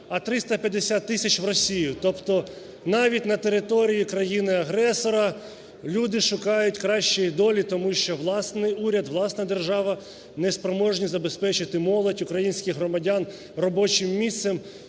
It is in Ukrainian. а 350 тисяч в Росію. Тобто навіть на території країни-агресора люди шукають кращої долі тому що власний уряд, власна держава неспроможні забезпечити молодь, українських громадян робочим місцем,